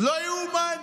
לא ייאמן.